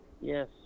Yes